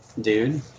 dude